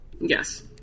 Yes